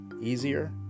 easier